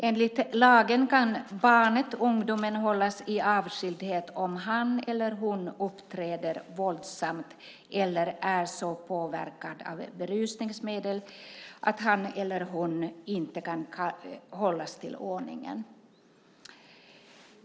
Enligt lagen kan barnet, den unga personen, hållas i avskildhet om han eller hon uppträder våldsamt eller är så påverkad av berusningsmedel att han eller hon inte kan hållas till ordningen.